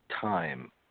time